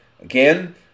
Again